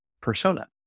persona